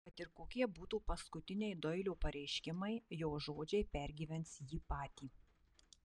kad ir kokie būtų paskutiniai doilio pareiškimai jo žodžiai pergyvens jį patį